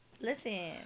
Listen